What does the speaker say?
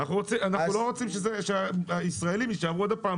אנחנו לא רוצים שהישראלים יישארו עוד הפעם